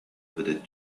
vedettes